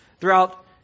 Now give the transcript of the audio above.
throughout